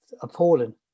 appalling